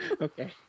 Okay